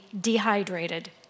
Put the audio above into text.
dehydrated